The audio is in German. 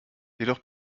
jedoch